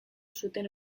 zuten